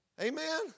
Amen